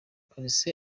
polisi